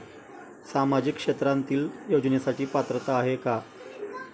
सामाजिक क्षेत्रांतील योजनेसाठी पात्रता काय आहे?